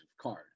card